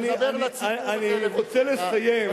אני רוצה לסיים,